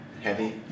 Heavy